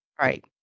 Right